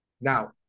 Now